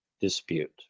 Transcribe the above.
dispute